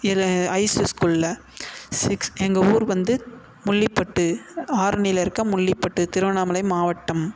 இல்லை ஹைஸஸ் ஸ்கூலில் சிக்ஸ் எங்கள் ஊர் வந்து முள்ளிப்பட்டு ஆரணியில இருக்க முள்ளிப்பட்டு திருவண்ணாமலை மாவட்டம்